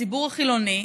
הציבור החילוני,